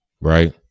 right